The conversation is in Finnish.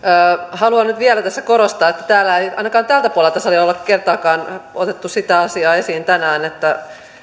haluan nyt vielä tässä korostaa että täällä ei ainakaan tältä puolelta salia ole kertaakaan otettu sitä asiaa esiin tänään että